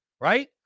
right